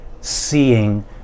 seeing